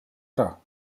ära